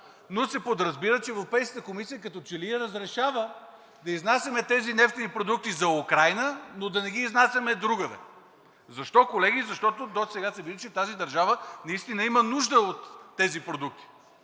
но се подразбира, че Европейската комисия като че ли разрешава да изнасяме тези нефтени продукти за Украйна, но да не ги изнасяме другаде. Защо, колеги? Защото досега се вижда, че тази държава наистина има нужда от тези продукти.